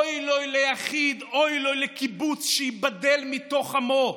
אוי לו ליחיד ואוי לו לקיבוץ שייבדל מתוך עמו.